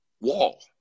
wall